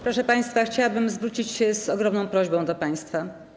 Proszę państwa, chciałabym zwrócić się z ogromną prośbą do państwa.